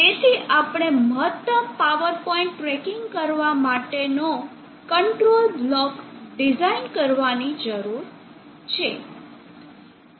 તેથી આપણે મહત્તમ પાવર પોઇન્ટ ટ્રેકિંગ કરવા માટેનો કંટ્રોલર બ્લોક ડિઝાઇન કરવાની જરૂર છે